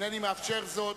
אינני מאפשר זאת.